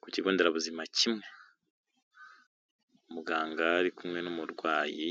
Ku kigo nderabuzima kimwe muganga ari kumwe n'umurwayi